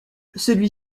celui